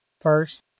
First